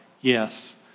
yes